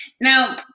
Now